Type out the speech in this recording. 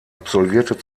absolvierte